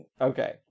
Okay